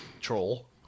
Troll